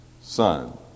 son